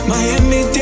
Miami